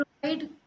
provide